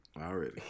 already